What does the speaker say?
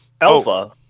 Alpha